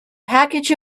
package